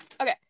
Okay